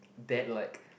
that like